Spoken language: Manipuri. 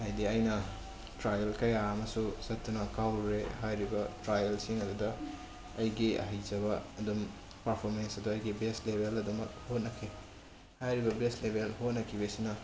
ꯍꯥꯏꯗꯤ ꯑꯩꯅ ꯇ꯭ꯔꯥꯏꯌꯦꯜ ꯀꯌꯥ ꯑꯃꯁꯨ ꯆꯠꯇꯨꯅ ꯀꯥꯎꯔꯨꯔꯦ ꯍꯥꯏꯔꯤꯕ ꯇ꯭ꯔꯥꯏꯌꯦꯜꯁꯤꯡ ꯑꯗꯨꯗ ꯑꯩꯒꯤ ꯍꯩꯖꯕ ꯑꯗꯨꯝ ꯄꯥꯔꯐꯣꯃꯦꯟꯁ ꯑꯗꯨ ꯑꯩꯒꯤ ꯕꯦꯁ ꯂꯦꯕꯦꯜꯗ ꯑꯗꯨꯃꯛ ꯍꯣꯠꯅꯈꯤ ꯍꯥꯏꯔꯤꯕ ꯕꯦꯁ ꯂꯦꯕꯦꯜ ꯍꯣꯠꯅꯈꯤꯕꯁꯤꯅ